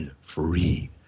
free